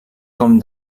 com